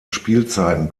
spielzeiten